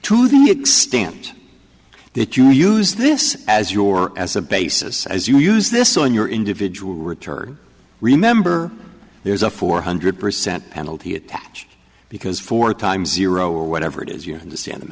the extent that you use this as your as a basis as you use this on your individual return remember there's a four hundred percent penalty attach because for a time zero or whatever it is your understand